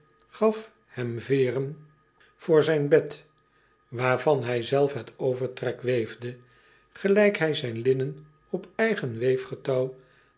gaf hem veêren voor zijn bed waarvan hij zelf het overtrek weefde gelijk hij zijn linnen op eigen